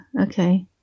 okay